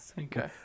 Okay